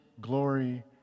glory